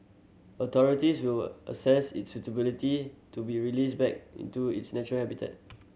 authorities will assess its suitability to be released back into its natural habitat